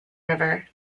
river